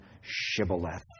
shibboleth